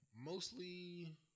mostly